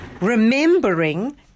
Remembering